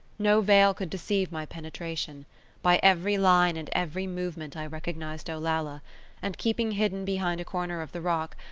no veil could deceive my penetration by every line and every movement i recognised olalla and keeping hidden behind a corner of the rock,